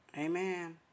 Amen